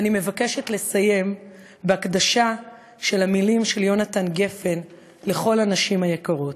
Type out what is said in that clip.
ואני מבקשת לסיים בהקדשה של המילים של יהונתן גפן לכל הנשים היקרות: